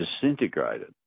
disintegrated